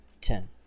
Ten